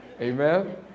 Amen